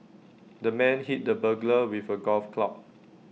the man hit the burglar with A golf club